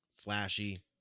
flashy